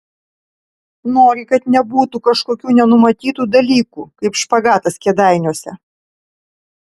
nori kad nebūtų kažkokių nenumatytų dalykų kaip špagatas kėdainiuose